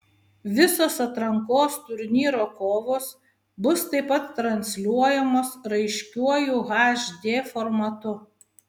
visos atrankos turnyro kovos bus taip pat transliuojamos raiškiuoju hd formatu